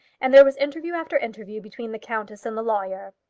and there was interview after interview between the countess and the lawyer.